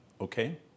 Okay